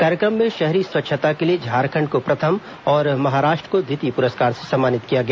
कार्यक्रम में शहरी स्वच्छता के लिए झारखंड को प्रथम और महाराष्ट्र को द्वितीय पुरस्कार से सम्मानित किया गया